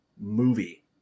movie